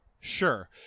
Sure